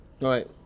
right